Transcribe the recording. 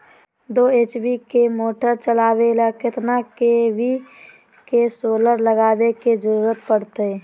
दो एच.पी के मोटर चलावे ले कितना के.वी के सोलर लगावे के जरूरत पड़ते?